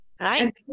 Right